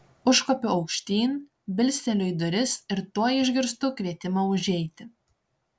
užkopiu aukštyn bilsteliu į duris ir tuoj išgirstu kvietimą užeiti